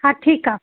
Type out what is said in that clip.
हा ठीकु आहे